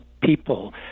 people